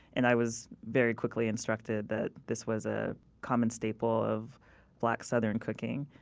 and i was very quickly instructed that this was a common staple of black southern cooking,